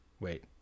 Wait